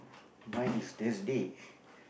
mine is Thursday